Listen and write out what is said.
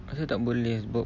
rasa tak boleh sebab